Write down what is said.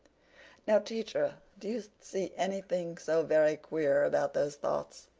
now, teacher, do you see anything so very queer about those thoughts?